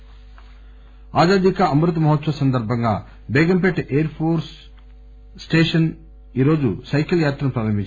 IAF Azadi Ka Amrit Mahotsav సందర్బంగా Begumpet airport station ఈ రోజు సైకిల్ యాత్రను ప్రారంభించింది